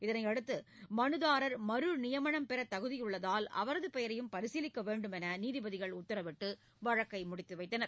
இதனை அடுத்து மலுதாரர் மறுநியமனம் பெற தகுதியுள்ளதால் அவரது பெயரையும் பரிசீலிக்க வேண்டும் என்று நீதிபதிகள் உத்தரவிட்டு வழக்கை முடித்துவைத்தனர்